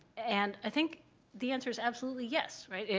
and i think the answer is absolutely yes, right?